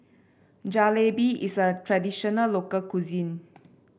Jalebi is a traditional local cuisine